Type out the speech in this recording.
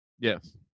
Yes